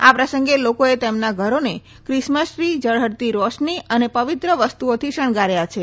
આ પ્રસંગે લોકોએ તેમના ઘરોને ક્રિસમસ ટ્રી જળફળતી રોશની અને પવિત્ર વસ્તુઓથી શણગાર્યા છે